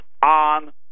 on